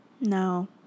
no